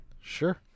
Sure